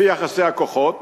לפי יחסי הכוחות,